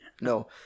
No